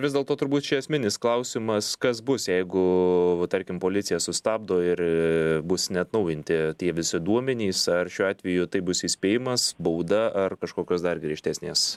vis dėlto turbūt čia esminis klausimas kas bus jeigu tarkim policija sustabdo ir bus neatnaujinti tie visi duomenys ar šiuo atveju tai bus įspėjimas bauda ar kažkokios dar griežtesnės